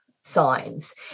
signs